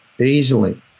easily